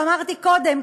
ואמרתי קודם,